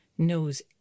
knows